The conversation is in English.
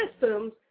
systems